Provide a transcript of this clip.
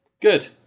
good